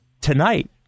tonight